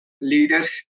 leaders